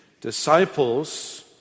disciples—